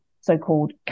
so-called